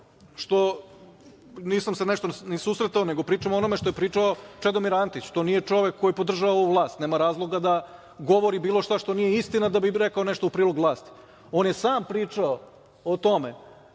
što nisam se nešto i susretao, nego pričam o onome što je pričao Čedomir Antić. To nije čovek koji podržava ovu vlast, nema razloga da govori bilo šta što nije istina da bi im rekao u prilog vlasti. On je sam pričao o tome